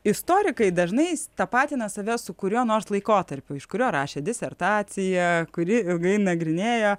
istorikai dažnai tapatina save su kuriuo nors laikotarpiu iš kurio rašė disertaciją kurį ilgai nagrinėjo